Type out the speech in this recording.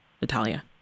Natalia